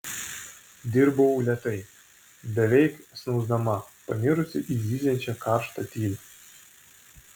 dirbau lėtai beveik snausdama panirusi į zyziančią karštą tylą